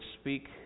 speak